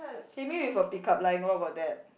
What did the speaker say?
hit me with a pick up line what about that